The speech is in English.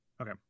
Okay